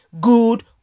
good